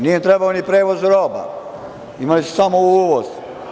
Nije im trebao ni prevoz roba, imali su samo uvoz.